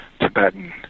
Tibetan